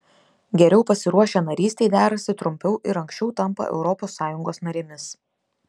geriau pasiruošę narystei derasi trumpiau ir anksčiau tampa europos sąjungos narėmis